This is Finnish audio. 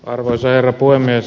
arvoisa herra puhemies